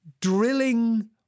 drilling